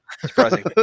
Surprising